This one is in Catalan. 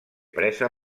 presa